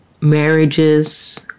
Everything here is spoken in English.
marriages